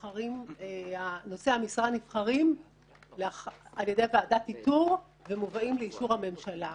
שנושאי המשרה נבחרים על ידי ועדת איתור ומובאים לאישור הממשלה.